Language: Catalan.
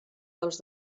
dels